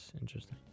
Interesting